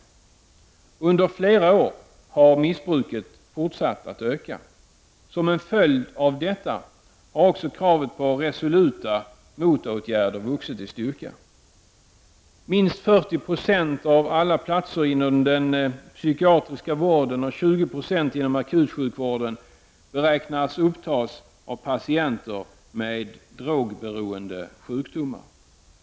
Under flera år har missbruket ökat. Som en följd av detta har också kravet på resoluta motåtgärder vuxit i styrka. Minst 40 96 av alla platser inom den psykiatriska vården och 20 96 inom akutsjukvården beräknas upptas av patienter med drogberoende sjukdomar.